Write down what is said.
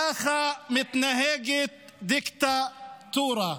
ככה מתנהגת דיקטטורה.